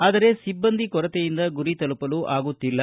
ಆದರೆ ಸಿಬ್ಲಂದಿ ಕೊರತೆಯಿಂದ ಗುರಿ ತಲುಪಲು ಆಗುತ್ತಿಲ್ಲ